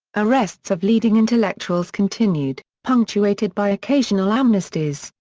arrests of leading intellectuals continued, punctuated by occasional amnesties,